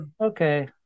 Okay